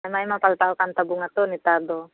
ᱟᱭᱢᱟ ᱟᱭᱢᱟ ᱯᱟᱞᱴᱟᱣ ᱟᱠᱟᱱ ᱛᱟᱵᱚᱱᱟᱛᱚ ᱱᱮᱛᱟᱨ ᱫᱚ